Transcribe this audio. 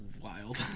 wild